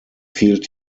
fehlt